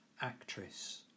actress